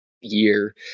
year